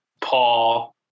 Paul